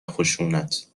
خشونت